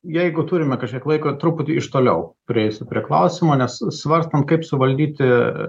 jeigu turime kažkiek laiko truputį iš toliau prieisiu prie klausimo nes svarstom kaip suvaldyti